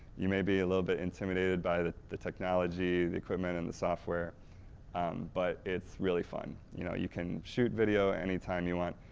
you may be a little bit intimidated by the the technology, the equipment and the software but, it's really fun. you know you can shoot video any time you want,